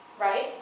right